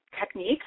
techniques